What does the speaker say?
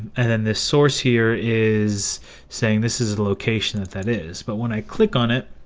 and then this source here is saying this is the location that that is, but when i click on it,